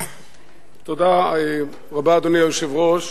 אדוני היושב-ראש,